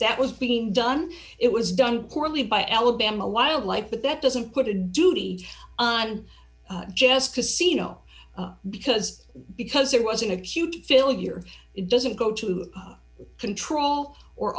that was being done it was done poorly by alabama wildlife but that doesn't put a duty on just casino because because there wasn't a huge failure it doesn't go to control or